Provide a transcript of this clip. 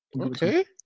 okay